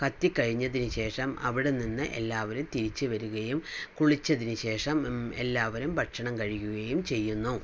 കത്തി കഴിഞ്ഞതിന് ശേഷം അവിടെ നിന്ന് എല്ലാവരും തിരിച്ച് വരുകയും കുളിച്ചതിന് ശേഷം എല്ലാവരും ഭക്ഷണം കഴിക്കുകയും ചെയ്യുന്നു